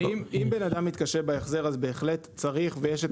אבל אם בן אדם מתקשה בהחזר אז בהחלט צריך ויש את